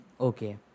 Okay